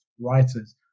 writers